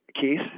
Keith